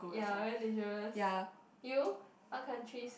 ya very dangerous you what countries